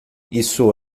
isso